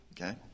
okay